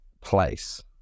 place